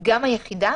גם היחידה